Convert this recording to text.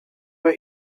were